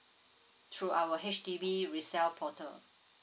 through our H_D_B reell portal